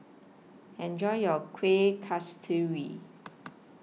Enjoy your Kuih Kasturi